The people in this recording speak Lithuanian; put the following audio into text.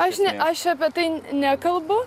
aš ne aš apie tai nekalbu